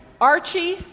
Archie